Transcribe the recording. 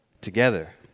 together